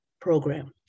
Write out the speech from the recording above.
program